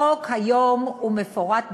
החוק היום הוא מפורט דיו.